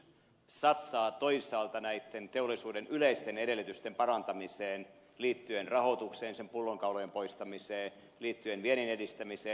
hallitus satsaa toisaalta näitten teollisuuden yleisten edellytysten parantamiseen liittyen rahoitukseen sen pullonkaulojen poistamiseen liittyen viennin edistämiseen